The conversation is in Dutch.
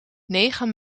negen